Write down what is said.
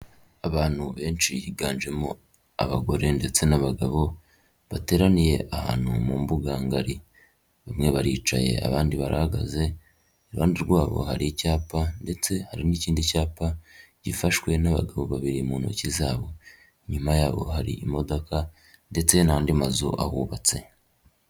Abantu benshi higanjemo abagore ndetse n'abagabo bateraniye ahantu mu mbuganga ngari bamwe baricaye abandi barahagaze, iruhande rwabo hari icyapa ndetse hari n'ikindi cyapa gifashwe n'abagabo babiri mu ntoki zabo, inyuma babo hari imodoka ndetse n'andi mazu ahubatse.